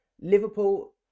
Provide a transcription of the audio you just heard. Liverpool